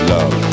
Love